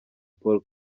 paul